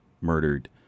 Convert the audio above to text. murdered